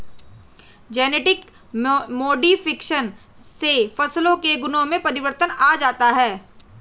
genetic modification से फसलों के गुणों में परिवर्तन आ जाता है